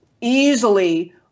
easily